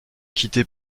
quitter